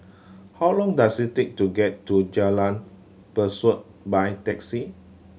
how long does it take to get to Jalan Besut by taxi